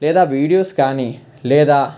లేదా వీడియోస్ కానీ లేదా